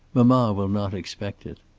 mamma will not expect it.